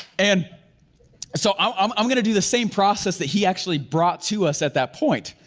and so i'm i'm gonna do the same process that he actually brought to us at that point.